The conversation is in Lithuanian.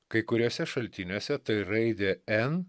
kai kuriuose šaltiniuose tai raidė en